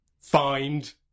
Find